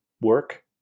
work